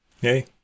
Hey